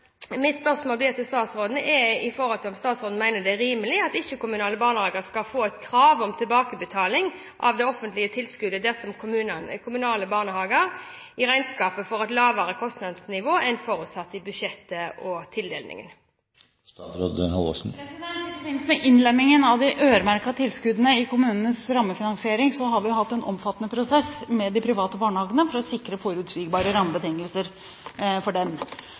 mitt spørsmål til statsråden er om statsråden mener det er rimelig at ikke-kommunale barnehager skal få et krav om tilbakebetaling av det offentlige tilskuddet dersom kommunale barnehager i regnskapet får et lavere kostnadsnivå enn forutsatt i budsjettet og tildelingene. I forbindelse med innlemmingen av de øremerkede tilskuddene i kommunenes rammefinansiering har vi hatt en omfattende prosess med de private barnehagene for å sikre forutsigbare rammebetingelser for dem.